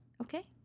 okay